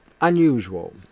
unusual